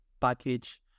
package